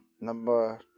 number